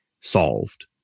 solved